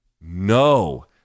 No